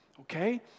Okay